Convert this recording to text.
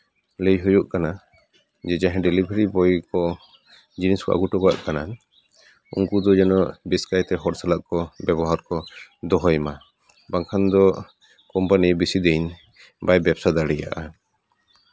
ᱞᱟᱹᱭ ᱦᱩᱭᱩᱜ ᱠᱟᱱᱟ ᱡᱟᱦᱟᱸᱭ ᱰᱮᱞᱤᱵᱷᱟᱨᱤ ᱵᱚᱭ ᱠᱚ ᱡᱤᱱᱤᱥ ᱠᱚ ᱟᱹᱜᱩ ᱦᱚᱴᱚ ᱠᱟᱜ ᱠᱟᱱᱟ ᱩᱱᱠᱩᱫᱚ ᱡᱮᱱᱚ ᱵᱮᱥ ᱠᱟᱭᱛᱮ ᱦᱚᱲ ᱥᱟᱞᱟᱜ ᱠᱚ ᱵᱮᱵᱚᱦᱟᱨ ᱠᱚ ᱫᱚᱦᱚᱭ ᱢᱟ ᱵᱟᱝᱠᱷᱟᱱ ᱫᱚ ᱠᱳᱢᱯᱟᱱᱤ ᱵᱮᱥᱤ ᱫᱤᱱ ᱵᱟᱭ ᱵᱮᱵᱥᱟ ᱫᱟᱲᱮᱭᱟᱜᱼᱟ